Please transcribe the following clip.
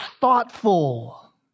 thoughtful